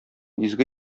изге